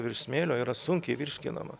virš smėlio yra sunkiai virškinama